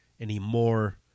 anymore